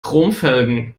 chromfelgen